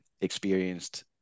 experienced